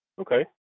Okay